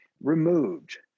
removed